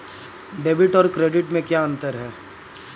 Debit और credit में क्या अंतर है?